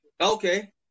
Okay